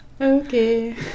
Okay